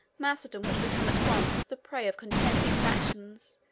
macedon would become at once the prey of contending factions,